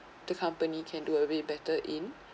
the company can do a bit better in